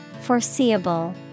Foreseeable